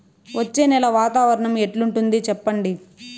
వచ్చే నెల వాతావరణం ఎట్లుంటుంది చెప్పండి?